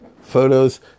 photos